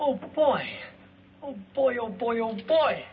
oh boy oh boy oh boy oh boy